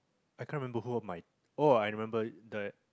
I can't remember who am I oh I remember ah that